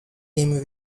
him